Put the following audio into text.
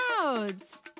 clouds